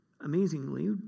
amazingly